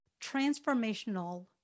transformational